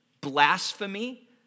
blasphemy